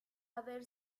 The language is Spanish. haber